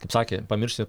kaip sakė pamirši